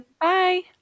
Bye